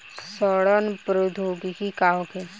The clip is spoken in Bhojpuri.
सड़न प्रधौगकी का होखे?